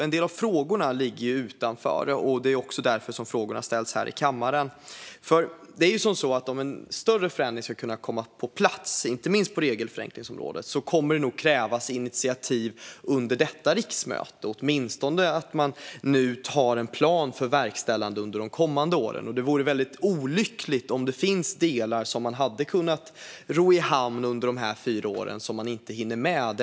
En del av frågorna ligger dock utanför, och det är därför jag ställer dem i kammaren. Om en större förändring på regelförenklingsområdet ska kunna komma på plats krävs att initiativ tas under detta riksmöte, åtminstone att det görs en plan för verkställande under kommande år. Det vore olyckligt om sådant man hade kunnat ro i land under dessa fyra år inte hinns med.